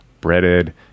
breaded